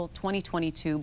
2022